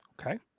Okay